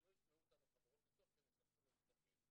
שלא ישמעו אותנו חברות ביטוח כי הן ישחקו לנו תרגיל.